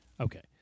Okay